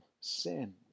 sin